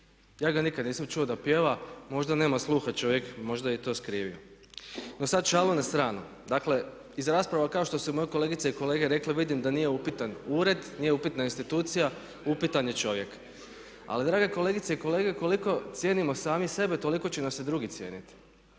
Ja ga nikad nisam čuo da pjeva, možda nema sluha čovjek, možda je i to skrivio. No sada šalu na stranu, dakle iz rasprava kao što su moje kolegice i kolege rekle, vidim da nije upitan ured, nije upitna institucija, upitan je čovjek. Ali drage kolegice i kolege, koliko cijenimo sami sebe, toliko će nas i drugi cijeniti.